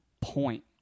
point